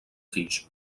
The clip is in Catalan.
fills